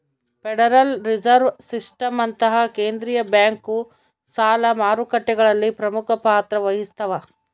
federal Reserve ಸಿಸ್ಟಮ್ನಂತಹ ಕೇಂದ್ರೀಯ bank ಸಾಲ ಮಾರುಕಟ್ಟೆಗಳಲ್ಲಿ ಪ್ರಮುಖ ಪಾತ್ರ ವಹಿಸ್ತವ